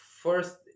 first